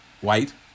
white